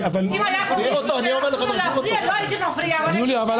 אם היה פה דיקטטורה להפריע אז לא הייתי מפריעה --- יוליה,